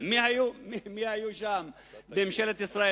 מי היו בממשלת ישראל.